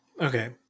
Okay